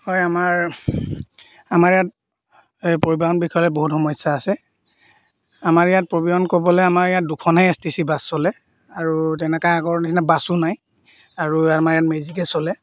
হয় আমাৰ আমাৰ ইয়াত পৰিবহণ বিষয়ে বহুত সমস্যা আছে আমাৰ ইয়াত পৰিবহণ ক'বলৈ আমাৰ ইয়াত দুখনে A S T C bus চলে আৰু তেনেকৈ আগৰ নিচিনা বাছো নাই আৰু আমাৰ ইয়াত মেজিকে চলে